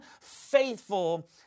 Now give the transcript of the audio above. faithful